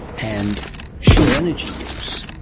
and sheer energy use,